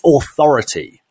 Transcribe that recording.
authority